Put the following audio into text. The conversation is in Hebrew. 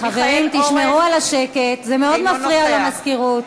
מיכאל אורן, אינו נוכח